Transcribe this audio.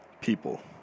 people